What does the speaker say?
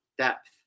Depth